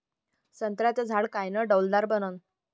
संत्र्याचं झाड कायनं डौलदार बनन?